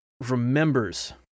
remembers